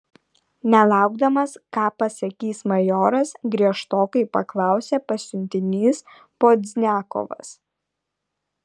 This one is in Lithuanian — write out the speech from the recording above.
nelaukdamas ką pasakys majoras griežtokai paklausė pasiuntinys pozdniakovas